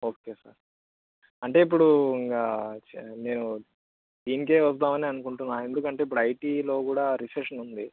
okay sir